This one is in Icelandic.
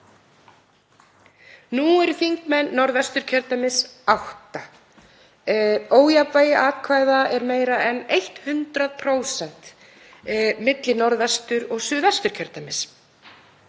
Nú eru þingmenn Norðvesturkjördæmis átta. Ójafnvægi atkvæða er meira en 100% milli Norðvestur- og Suðvesturkjördæmis.